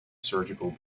surgical